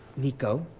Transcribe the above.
nico.